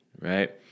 right